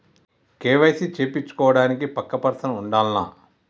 KYC చేపిచ్చుకోవడానికి పక్కా person ఉండాల్నా?